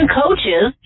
coaches